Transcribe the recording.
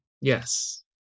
Yes